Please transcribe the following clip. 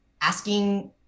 asking